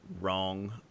wrong